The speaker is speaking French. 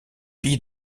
pays